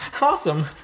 Awesome